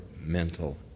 mental